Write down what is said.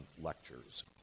lectures